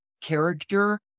character